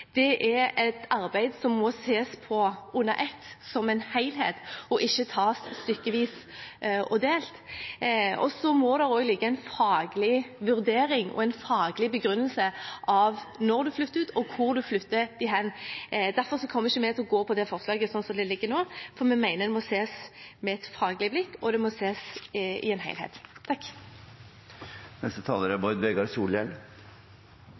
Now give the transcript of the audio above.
Det er et arbeid som må ses på under ett som en helhet, og ikke tas stykkevis og delt. Så må det også ligge en faglig vurdering og en faglig begrunnelse bak når man flytter ut, og hvor man flytter til. Derfor kommer vi ikke til å gå for det forslaget slik som det ligger nå, for vi mener det må ses på med et faglig blikk, og det må ses i en helhet.